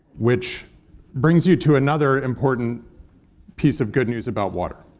which brings you to another important piece of good news about water,